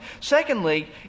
Secondly